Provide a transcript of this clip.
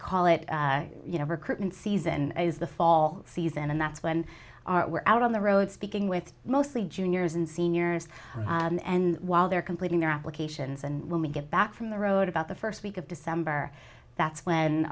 call it you know recruitment season is the fall season and that's when our we're out on the road speaking with mostly juniors and seniors and while they're completing their applications and when we get back from the road about the first week of december that's when